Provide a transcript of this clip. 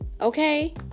okay